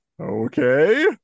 Okay